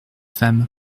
femme